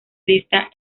lista